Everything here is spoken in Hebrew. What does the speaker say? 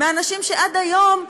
מאנשים שעד היום,